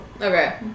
Okay